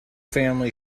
family